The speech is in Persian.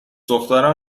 دخترم